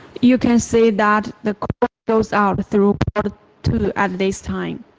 you can see that the call goes out through port two at this time.